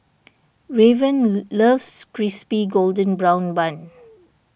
Raven loves Crispy Golden Brown Bun